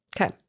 Okay